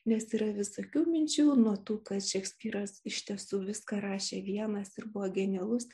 nes yra visokių minčių nuo tų kad šekspyras iš tiesų viską rašė vienas ir buvo genialus